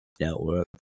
network